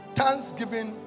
Thanksgiving